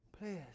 Please